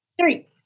Three